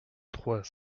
trois